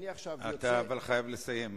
אבל אתה חייב לסיים,